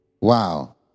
Wow